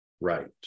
right